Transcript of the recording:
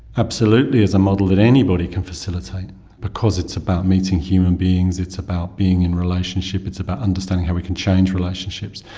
absolutely is a model that anybody can facilitate because it's about meeting human beings, it's about being in relationship, it's about understanding how we can change relationships,